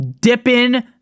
dipping